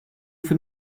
for